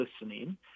listening